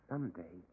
Someday